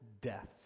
death